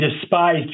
despised